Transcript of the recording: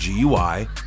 GUI